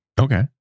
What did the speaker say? Okay